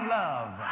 love